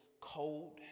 cold